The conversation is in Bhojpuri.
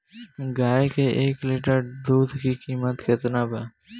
गाय के एक लीटर दुध के कीमत केतना बा?